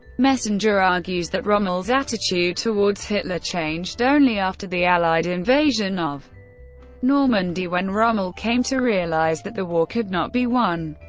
messenger argues that rommel's attitude towards hitler changed only after the allied invasion of normandy, when rommel came to realise that the war could not be won,